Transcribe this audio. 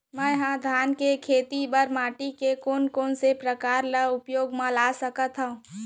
मै ह धान के खेती बर माटी के कोन कोन से प्रकार ला उपयोग मा ला सकत हव?